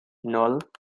ноль